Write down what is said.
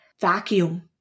vacuum